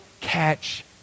catch